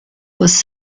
was